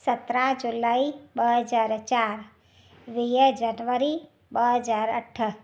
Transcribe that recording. सतरहां जुलाई ॿ हज़ार चारि वीह जनवरी ॿ हज़ार अठ